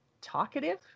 talkative